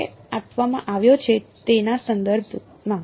જે આપવામાં આવ્યો છે તેના સંદર્ભમાં